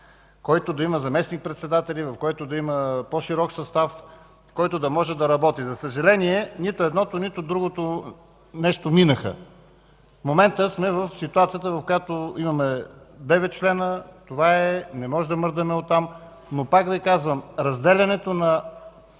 който да има заместник-председатели, по-широк състав, който да може да работи. За съжаление нито едното, нито другото нещо минаха. В момента сме в ситуацията, в която имаме девет члена – това е, не можем да мърдаме от там, но пак Ви казвам, разделянето на